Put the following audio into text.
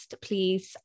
please